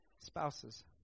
spouses